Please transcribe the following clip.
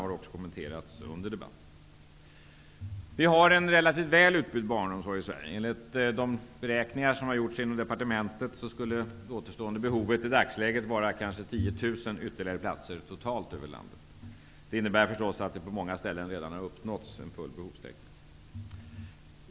Det har också kommenterats under debatten. Vi har en relativt välutbyggd barnomsorg i Sverige. Enligt de beräkningar som gjorts inom departementet skulle det återstående behovet i dagsläget vara kanske 10 000 ytterligare platser totalt över landet. Det innebär att en full behovstäckning på många ställen redan uppnåtts.